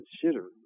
consider